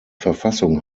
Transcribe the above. verfassung